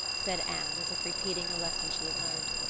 said anne, as if repeating a lesson she had learned.